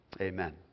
Amen